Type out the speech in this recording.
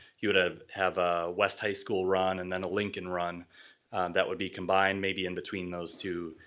you would have have a west high school run and then a lincoln run that would be combined. maybe in between those two,